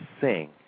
sing